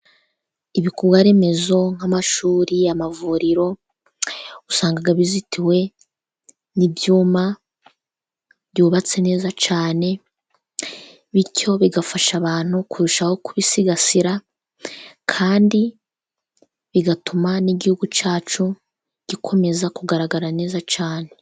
Ibikorwaremezo nk'amashuri, amavuriro, usanga bizitiwe n'ibyuma byubatswe neza cyane, bityo bigafasha abantu kurushaho kubisigasira, kandi bigatuma n'igihugu cyacu gikomeza kugaragara neza cyane.